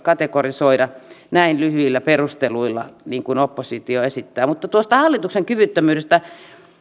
kategorisoida näin lyhyillä perusteluilla niin kuin oppositio tekee mutta tuosta hallituksen kyvyttömyydestä